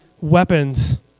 weapons